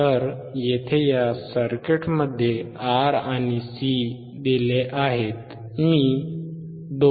तर येथे या सर्किटमध्ये R आणि C दिले आहेत मी 2